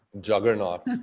juggernaut